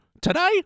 Today